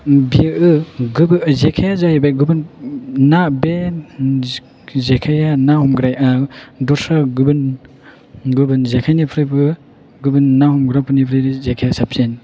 बेयो जेखायआ जाहैबाय गुबुन बे जेखाया ना हमग्राया दस्रा गुबुन गुबुन जेखायनिफ्रायबो गुबुन ना हमग्राफोरनिफ्राय जेखाया साबसिन